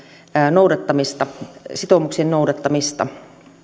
sitoumuksien noudattamista